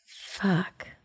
fuck